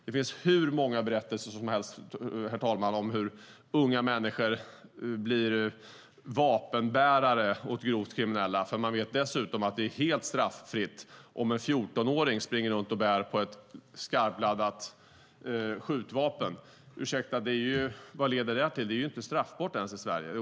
Det finns hur många berättelser som helst, herr talman, om hur unga människor blir vapenbärare åt grovt kriminella, för det är ju helt straffritt om en 14-åring springer runt och bär på ett skarpladdat skjutvapen. Ursäkta, men vad leder det till? Det är inte ens straffbart i Sverige.